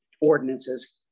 ordinances